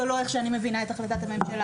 זה לא איך שאני מבינה את החלטת הממשלה.